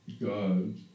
God